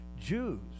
Jews